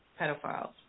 pedophiles